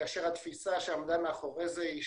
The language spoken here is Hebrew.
כאשר התפיסה שעמדה מאחורי זה הייתה